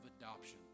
adoption